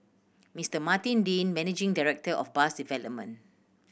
Mister Martin Dean managing director of bus development